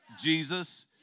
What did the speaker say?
Jesus